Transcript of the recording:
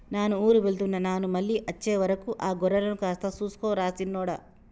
నాను ఊరు వెళ్తున్న నాను మళ్ళీ అచ్చే వరకు ఆ గొర్రెలను కాస్త సూసుకో రా సిన్నోడా